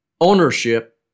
ownership